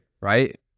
right